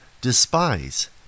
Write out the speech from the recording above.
despise